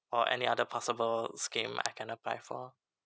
or any other possible scheme I can apply for